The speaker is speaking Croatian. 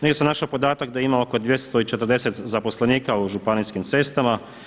Negdje sam našao podatak da ima oko 240 zaposlenika u županijskim cestama.